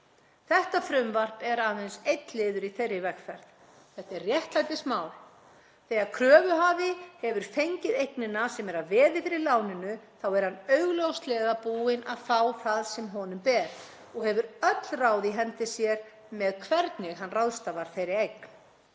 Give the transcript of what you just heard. Þetta frumvarp er aðeins einn liður í þeirri vegferð. Þetta er réttlætismál. Þegar kröfuhafi hefur fengið eignina sem er að veði fyrir láninu er hann augljóslega búinn að fá það sem honum ber og hefur öll ráð í hendi sér með hvernig hann ráðstafar þeirri eign.